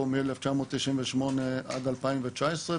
מ-1998 עד 2019,